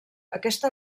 aquesta